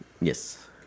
Yes